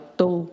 tu